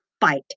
fight